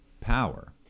power